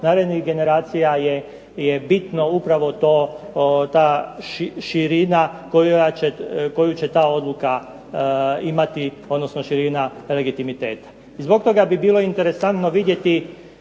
narednih generacija je bitno upravo ta širina koju će ta odluka imati odnosno širina legitimiteta. I zbog toga bi bilo interesantno vidjeti